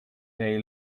day